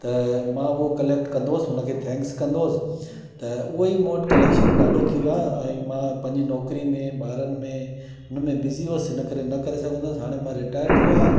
त मां उहो कलेक्ट कंदो हुयुसि उनखे थैंक्स कंदो हुयुसि त उहेई मूं वटि कलेक्शन ॾाढो थी वियो आहे ऐं मां पंहिंजी नौकिरी में ॿारनि में उनमें बिज़ी हुयुसि इन करे न करे सघंदसि हाणे मां रिटायर थी वियो आहियां